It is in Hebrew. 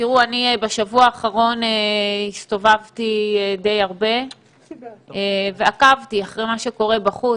בשבוע האחרון אני הסתובבתי די הרבה ועקבתי אחרי מה שקורה בחוץ,